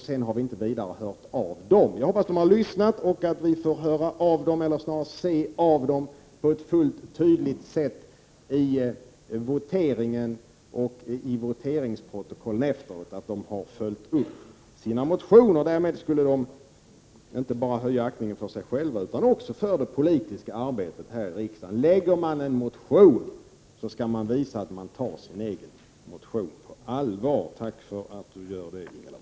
Sedan har vi inte hört vidare av motionärerna. Jag hoppas att de har lyssnat och att vi får höra av dem eller se i voteringsprotokollen att de på ett fullt tydligt sätt i voteringen har följt upp sina motioner. Därmed skulle de höja aktningen inte bara för sig själva utan också för det politiska arbetet här i riksdagen. Om man väcker en motion skall man visa att man tar sin egen motion på allvar. Jag vill tacka Ingela Mårtensson för att hon gör det.